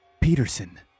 Peterson